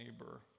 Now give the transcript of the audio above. neighbor